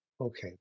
Okay